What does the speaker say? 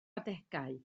adegau